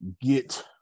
get